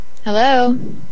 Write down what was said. Hello